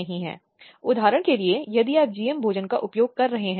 यह प्रचार और शैक्षिक अनुसंधान भी करता है